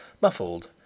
muffled